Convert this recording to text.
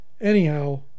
Anyhow